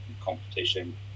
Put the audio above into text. competition